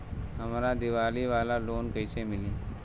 हमरा दीवाली वाला लोन कईसे मिली?